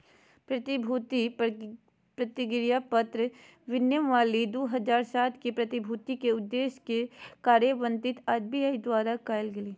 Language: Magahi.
प्रतिभूति प्रतिज्ञापत्र विनियमावली दू हज़ार सात के, प्रतिभूति के उद्देश्य के कार्यान्वित आर.बी.आई द्वारा कायल गेलय